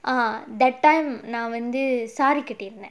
ah that time நான் வந்து:naan vanthu saree கட்டிருந்தேன்:kattirunthaen